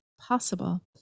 possible